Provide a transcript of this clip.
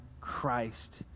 Christ